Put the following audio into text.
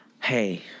Hey